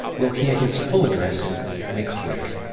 we'll hear his full address next week.